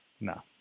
no